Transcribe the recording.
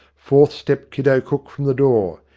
forth stepped kiddo cook from the door,